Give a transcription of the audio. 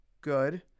good